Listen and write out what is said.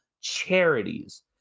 charities